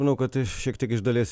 manau kad šiek tiek iš dalies